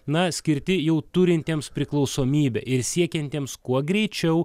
na skirti jau turintiems priklausomybę ir siekiantiems kuo greičiau